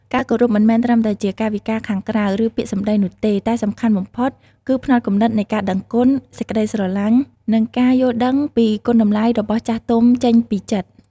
ការគោរពមិនមែនត្រឹមតែជាកាយវិការខាងក្រៅ ឬពាក្យសម្ដីនោះទេ តែសំខាន់បំផុតគឺផ្នត់គំនិតនៃការដឹងគុណ សេចក្តីស្រឡាញ់ និងការយល់ដឹងពីគុណតម្លៃរបស់ចាស់ទុំចេញពីចិត្ត។